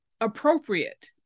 appropriate